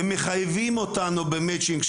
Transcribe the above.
שמחייבים אותנו במצ'ינג,